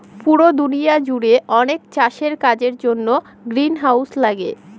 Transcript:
পুরো দুনিয়া জুড়ে অনেক চাষের কাজের জন্য গ্রিনহাউস লাগে